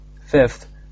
Fifth